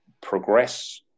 progress